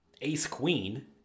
ace-queen